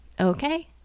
Okay